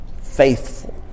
faithful